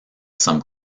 some